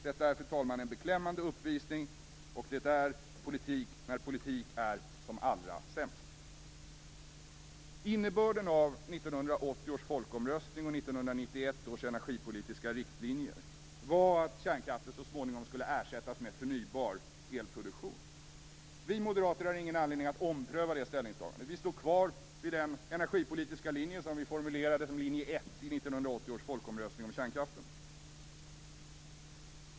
Detta är, fru talman, en beklämmande uppvisning, och det är politik när politik är som allra sämst. års energipolitiska riktlinjer var att kärnkraften så småningom skulle ersättas med förnybar elproduktion. Vi moderater har ingen anledning att ompröva det ställningstagandet. Vi står kvar vid den energipolitiska linje som vi formulerade som linje 1 i 1980 års folkomröstning om kärnkraften.